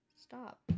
Stop